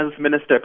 minister